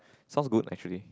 sounds good actually